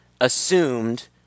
assumed